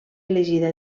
elegida